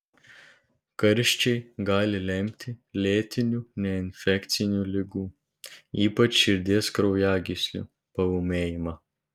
karščiai gali lemti lėtinių neinfekcinių ligų ypač širdies kraujagyslių paūmėjimą